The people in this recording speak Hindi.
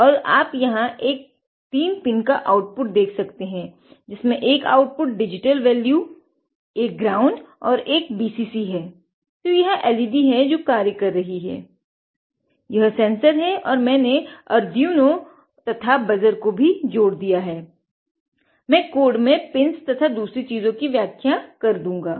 यह रिसीवर LED में पिन्स तथा दूसरी चीज़ों की व्याख्या कर दूंगा